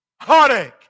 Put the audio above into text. heartache